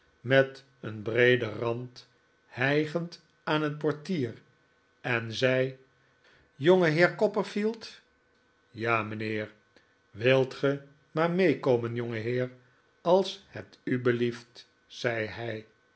met een breeden rand hijgend aan het portier en zei jongeheer copperfield ja mijnheer wilt ge maar meekomen jongeheer als het u belief t zei hij